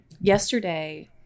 yesterday